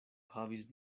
havis